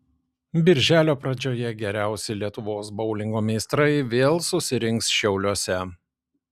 birželio pradžioje geriausi lietuvos boulingo meistrai vėl susirinks šiauliuose